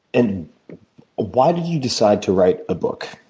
and why did you decide to write a book?